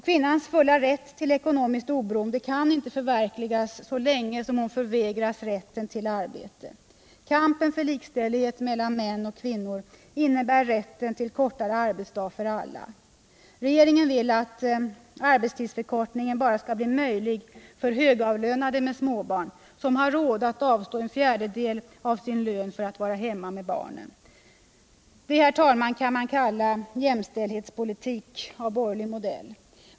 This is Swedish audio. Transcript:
Kvinnans fulla rätt till ekonomiskt oberoende kan inte förverkligas så länge hon förvägras rätten till arbete. Kampen för likställdhet mellan kvinnor och män måste gälla rätten till kortare arbetsdag för alla. Regeringen vill att arbetstidsförkortningen skall bli möjlig bara för högavlönade småbarnsföräldrar som har råd att avstå en fjärdedel av sin lön för att vara hemma med barnen. Det kan man kalla jämställdhetspolitik av borgerlig modell.